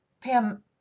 Pam